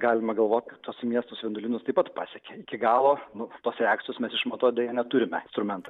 galima galvot kad tuos miestus vienuolynus taip pat pasiekė iki galo nu tos reakcijos mes išmatuot deja neturime instrumentų